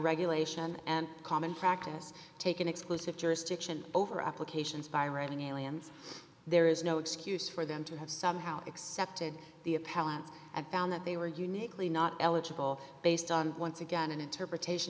regulation and common practice taken exclusive jurisdiction over applications firing aliens there is no excuse for them to have somehow accepted the appellants and found that they were uniquely not eligible based on once again an interpretation